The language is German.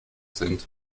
sind